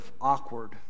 awkward